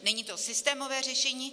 Není to systémové řešení.